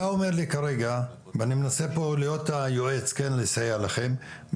אני מנסה להיות פה היועץ ולסייע לכם,